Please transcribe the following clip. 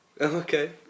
Okay